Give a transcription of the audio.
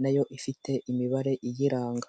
nayo ifite imibare iyiranga.